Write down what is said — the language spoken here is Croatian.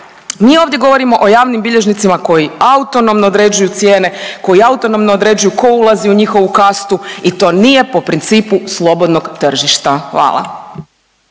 Mi ovdje govorimo o javnim bilježnicima koji autonomno određuju cijene, koji autonomno određuju tko ulazi u njihovu kastu i to nije po principu slobodnog tržišta. Hvala.